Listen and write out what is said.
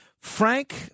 Frank